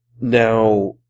Now